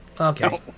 okay